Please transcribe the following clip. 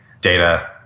data